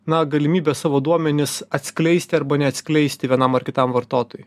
na galimybę savo duomenis atskleisti arba neatskleisti vienam ar kitam vartotojui